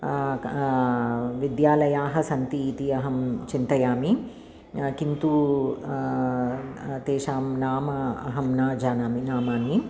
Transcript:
विद्यालयाः सन्तीति अहं चिन्तयामि किन्तु तेषां नाम अहं न जानामि नामानि